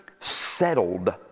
settled